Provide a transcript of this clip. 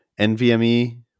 NVME